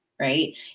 Right